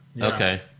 Okay